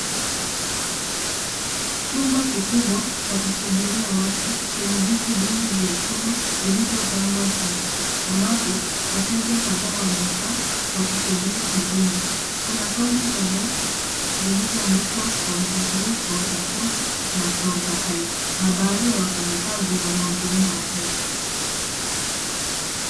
Chumba kikubwa cha kusubiria watu chenye viti vingi vya chuma, vilivyopangwa safu, ambapo wateja kadhaa wamekaa wakisubiri huduma, kuna kaunta kadhaa zilizoandikwa counter three, counter four na counter five , na baadhi ya wafanyikazi wanahudumia wateja.